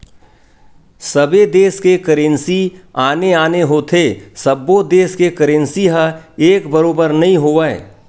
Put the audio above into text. सबे देस के करेंसी आने आने होथे सब्बो देस के करेंसी ह एक बरोबर नइ होवय